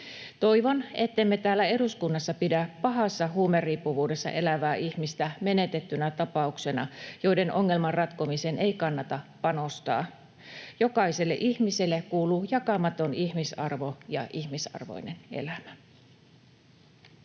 Toivon, ettemme täällä eduskunnassa pidä pahassa huumeriippuvuudessa elävää ihmistä menetettynä tapauksena, jonka ongelman ratkomiseen ei kannata panostaa. Jokaiselle ihmiselle kuuluu jakamaton ihmisarvo ja ihmisarvoinen elämä.